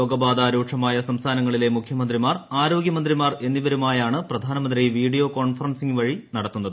രോഗബാധ രൂക്ഷമായ സംസ്ഥാനങ്ങളിലെ മുഖ്യമന്ത്രിമാർ ആരോഗൃമന്ത്രിമാർ എന്നിവരുമായാണ് പ്രധാനമന്ത്രി വീഡിയോ കോൺഫറൻസിങ്ങ് വഴി നടത്തുന്നത്